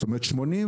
זאת אומרת,